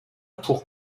pour